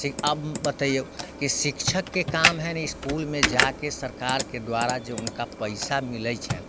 ठीक आब बतैऔ कि शिक्षकके काम हइ ने इसकुलमे जाकऽ सरकारके द्वारा जे हुनका पइसा मिलै छनि